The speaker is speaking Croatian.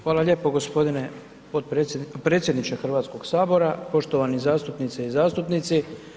Hvala lijepo g. predsjedniče Hrvatskog sabora, poštovane zastupnice i zastupnici.